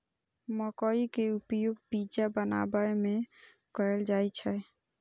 मकइ के उपयोग पिज्जा बनाबै मे कैल जाइ छै